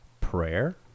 prayer